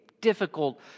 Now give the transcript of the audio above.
difficult